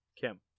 Kim